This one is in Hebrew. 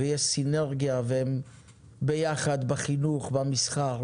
יש סינרגיה והן יחד בחינוך, במסחר.